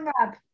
up